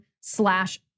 slash